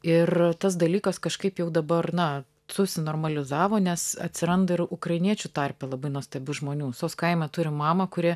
ir tas dalykas kažkaip jau dabar na susinormalizavo nes atsiranda ir ukrainiečių tarpe labai nuostabių žmonių sos kaime turim mamą kuri